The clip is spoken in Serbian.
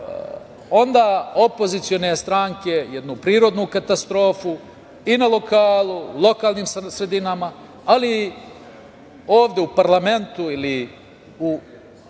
onda opozicione stranke jednu prirodnu katastrofu i na lokalu i u lokalnim sredinama, ali i ovde u parlamentu ili u